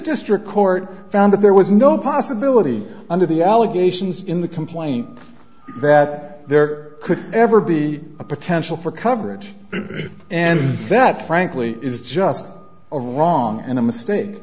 district court found that there was no possibility under the allegations in the complaint that there could ever be a potential for coverage and that frankly is just a wrong and a mistake